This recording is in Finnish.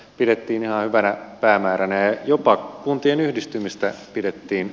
pidettiin ihan väärä päämääränä jopa kuntien yhdistymistä pidettiin